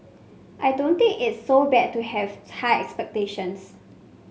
I don't think it's so bad to have high expectations